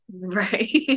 Right